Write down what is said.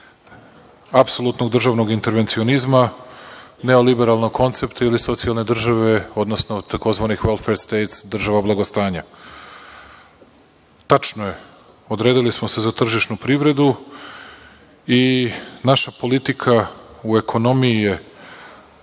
apsolutnog državnog intervencionizma, neoliberalnog koncepta ili socijalne države odnosno tzv. „the welfare states“ država blagostanja. Tačno je, odredili smo se za tržišnu privredu i naša politika u ekonomiji je